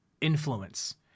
influence